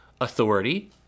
authority